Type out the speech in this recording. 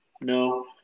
No